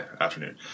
afternoon